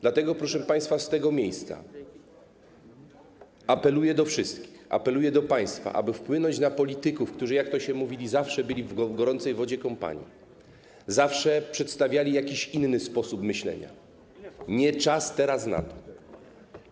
Dlatego, proszę państwa, z tego miejsca apeluję do wszystkich, apeluję do państwa, aby wpłynąć na polityków, którzy jak to się mówi, zawsze byli w gorącej wodzie kąpani, zawsze przedstawiali jakiś inny sposób myślenia - nie czas teraz na to.